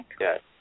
Yes